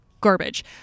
garbage